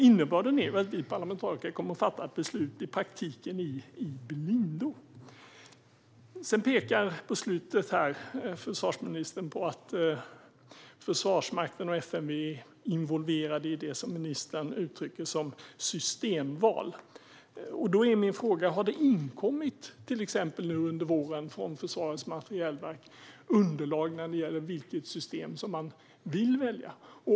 Innebörden är väl att vi parlamentariker i praktiken kommer att fatta ett beslut i blindo. Försvarsministern pekar på att Försvarsmakten och FMV är involverade i systemval, som han uttrycker det. Då är min fråga: Har det under våren inkommit underlag från till exempel Försvarets materielverk när det gäller vilket system som man vill välja?